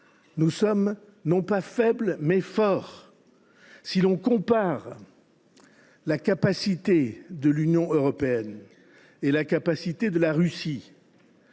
nous sommes non pas faibles, mais forts, si nous comparons les capacités de l’Union européenne et les capacités de la Russie,